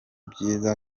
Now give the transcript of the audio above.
byiza